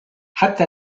حتى